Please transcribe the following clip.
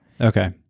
Okay